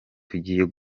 tugiye